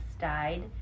died